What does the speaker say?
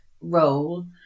role